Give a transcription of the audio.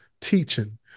teaching